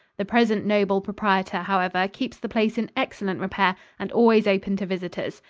the present noble proprietor, however, keeps the place in excellent repair and always open to visitors.